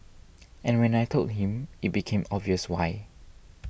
and when I told him it became obvious why